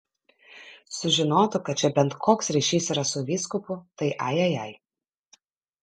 sužinotų kad čia bent koks ryšys yra su vyskupu tai ajajai